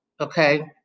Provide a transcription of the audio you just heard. Okay